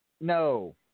No